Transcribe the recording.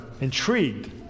intrigued